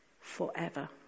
forever